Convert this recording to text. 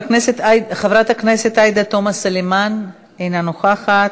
חברת הכנסת עאידה תומא סלימאן, אינה נוכחת.